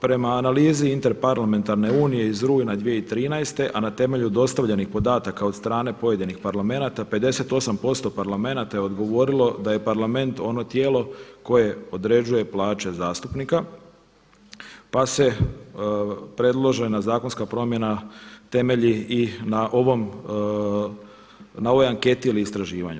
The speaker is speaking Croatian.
Prema analizi Interparlamentarne unije iz rujna 2013. a na temelju dostavljenih podatka od strane pojedinih parlamenata 58% parlamenata je odgovorilo da je parlament ono tijelo koje određuje plaće zastupnika pa se predložena zakonska promjena temelji i na ovoj anketi ili istraživanju.